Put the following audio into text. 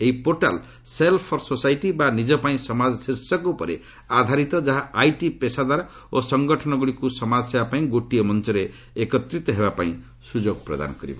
ଏହି portal self for society ବା ନିଜ ପାଇଁ ସମାଜ ଶୀର୍ଷକ ଉପରେ ଆଧାରିତ ଯାହା ଆଇଟି ପେସାଦାର ଓ ସଙ୍ଗଠନଗୁଡ଼ିକୁ ସମାଜସେବାପାଇଁ ଗୋଟିଏ ମଞ୍ଚରେ ଏକତ୍ରିତ ହେବାପାଇଁ ସୁଯୋଗ ପ୍ରଦାନ କରିବ